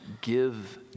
give